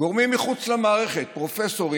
גורמים מחוץ למערכת, פרופסורים,